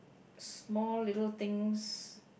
small little things